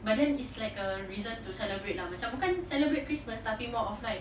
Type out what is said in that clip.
but then it's like a reason to celebrate lah macam bukan celebrate christmas tapi more of like